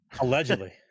allegedly